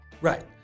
Right